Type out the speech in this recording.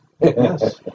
Yes